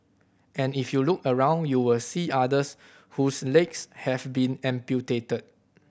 and if you look around you will see others whose legs have been amputated